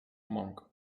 monk